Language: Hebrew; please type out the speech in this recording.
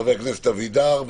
חבר הכנסת אבידר.